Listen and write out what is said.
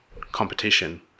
competition